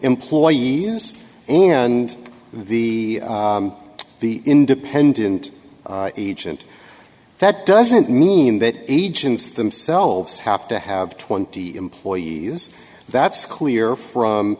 employees and the the independent agent that doesn't mean that agents themselves have to have twenty employees that's clear